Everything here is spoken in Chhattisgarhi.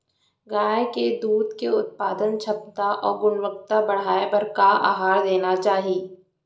गाय के दूध के उत्पादन क्षमता अऊ गुणवत्ता बढ़ाये बर का आहार देना चाही?